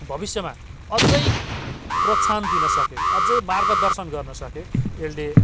भविष्यमा अझै प्रोत्साहन दिन सके अझै मार्गदर्शन गर्न सके यसले